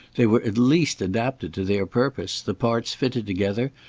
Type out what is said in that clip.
they were at least adapted to their purpose, the parts fitted together,